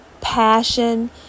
passion